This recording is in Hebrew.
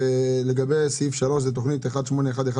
לגבי סעיף 3, זה תוכנית 18/11/04,